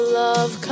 love